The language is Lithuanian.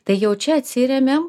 tai jau čia atsiremiam